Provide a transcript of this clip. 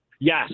Yes